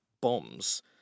bombs